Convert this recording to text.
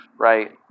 Right